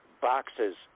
boxes